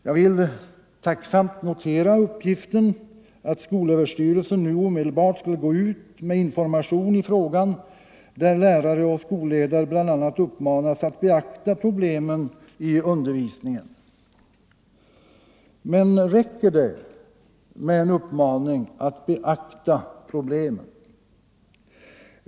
Jag vill tacksamt notera uppgiften att skolöverstyrelsen nu omedelbart skulle gå ut med information i frågan, där lärare och skolledare bl.a. uppmanas att beakta problemen i undervisningen. Men räcker det med en uppmaning att beakta problemen?